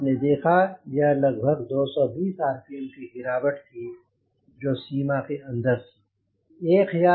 आपने देखा यह लगभग 220 आरपीएम की गिरावट थी जो कि सीमा के अंदर है